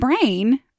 brain